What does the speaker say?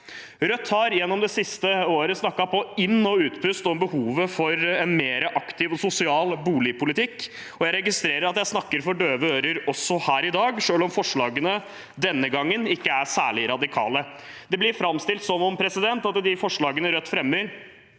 Rødt har gjennom det siste året snakket på inn og utpust om behovet for en mer aktiv og sosial boligpolitikk. Jeg registrerer at jeg snakker for døve ører også her i dag, selv om forslagene denne gangen ikke er særlig radikale. Det blir framstilt som om de forslagene Rødt fremmer,